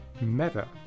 Meta